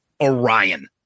orion